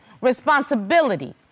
responsibility